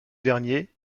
dernier